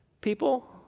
people